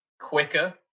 quicker